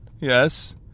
yes